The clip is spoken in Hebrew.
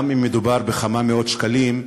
גם אם מדובר בכמה מאות שקלים,